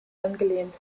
angelehnt